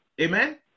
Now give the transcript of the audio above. Amen